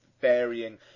varying